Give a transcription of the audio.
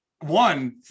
one